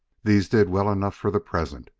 these did well enough for the present,